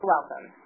Welcome